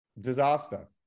Disaster